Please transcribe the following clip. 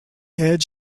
head